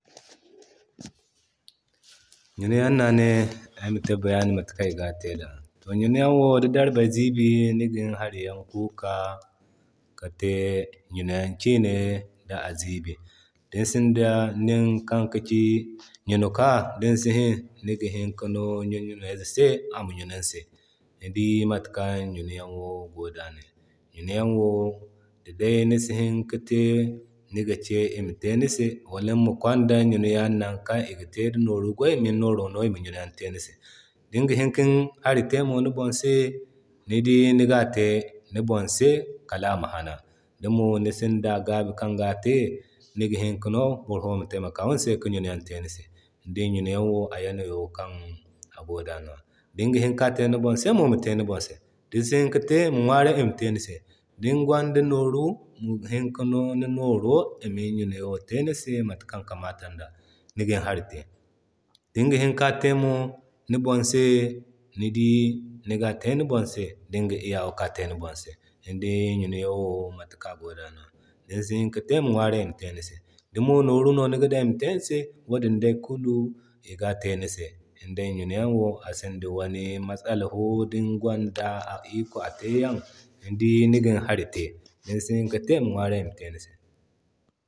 Ɲuna yaŋ no ane ayma te bayani matakan iga te da. To ɲunayan wo din darbey ziibi nigin hari yaŋ sambu kika kite ɲunayan kine da ziibi. Din sinda nin kan ka ci ɲunakwa din si hini niga hini ka no ni ŋunay za se ama ɲuna ni se. Ni dii matakan ɲunayan wo goda ne. Ɲuna yan wo di day nisi hini ka te niga ke ima te ni se wala nima kwanda ɲuniyaŋ nan kan iga te di nooru goy, nima ni nooro no ima ɲuna yan te ni se. Dinga hini kin hari te mo ni bonse ni dii niga te ni bonse kalama hanan. Di mo ni sinda gaabi kanga te niga hini ka no boro fo ma temaka ka ɲuniyo te ni se. Ni di ɲunayaŋ wo a yanayo kan agoda nwa. Dinga hini ka te ni bonse mo mate ni bonse, din si hini katemo mi ŋwaray ima te nise. Din gwanda nooru mi hini ka no ni nooro ima ni ɲuniyo te matakan kamatan da, ni gin hari te. Dinga hini kin hari te mo ni bonse ni dii niga te ni bonse dinga iyawa ka te ni bonse. Ni dii ɲunayaŋ wo mata kan a goda no. Din si hini ki te mi ŋwaray ima te ni se, di mo nooru no niga dan ima te ni se wadin kulu iga te ni se. Ni dii ɲunayanwo asinda wani matsala fo din gwanda a iko a teyan ni dii nigin hari te, din si hini ka te ma ŋwaray ima te ni se.